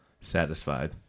satisfied